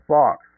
Fox